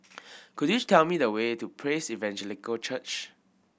could you tell me the way to Praise Evangelical Church